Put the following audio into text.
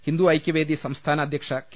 ഹിന്ദു ഐക്യവേദി സംസ്ഥാന അധ്യക്ഷ കെ